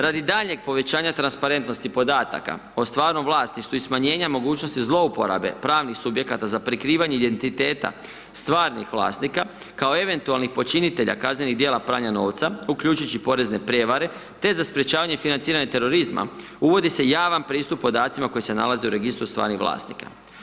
Radi daljnjeg povećanja transparentnosti o stvarnom vlasništvu i smanjenje mogućnosti zlouporabe pravnih subjekata za prikrivanje identiteta stvarnih vlasnika, kao eventualnih počinitelja kaznenih dijela pranja novca, uključujući i porezne prijevare te za sprječavanje financiranja terorizma uvodi se javan pristup podacima koji se nalaze u Registru stvarnih vlasnika.